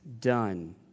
done